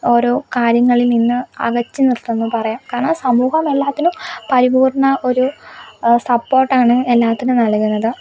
ഓരോ കാര്യങ്ങളില് നിന്ന് അകറ്റി നിര്ത്തുന്നു പറയാം കാരണം സമൂഹം എല്ലാത്തിനും പരിപൂര്ണ്ണ ഒരു സപ്പോര്ട്ടാണ് എല്ലാത്തിനും നൽകുന്നത്